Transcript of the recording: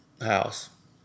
house